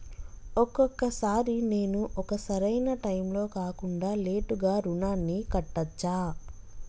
ఒక్కొక సారి నేను ఒక సరైనా టైంలో కాకుండా లేటుగా రుణాన్ని కట్టచ్చా?